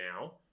now